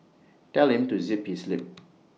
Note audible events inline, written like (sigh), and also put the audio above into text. tell him to zip his lip (noise)